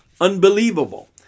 unbelievable